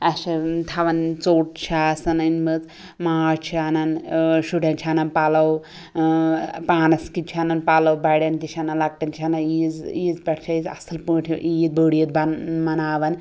اسہ چھِ تھاوان ژوٚٹ چھِ آسان أنمٕژ ماز چھِ انان ٲں شُریٚن چھِ انان پَلوٚو ٲں پانَس کِتۍ چھ انان پَلوٚو بَڑیٚن تہِ چھِ انان لۄکٹیٚن چھِ انان عیٖذ عیٖذ پٮ۪ٹھ چھِ أسۍ اصٕل پٲٹھۍ عیٖد بٔڑ عیٖد مناوَن